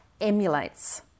emulates